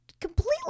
completely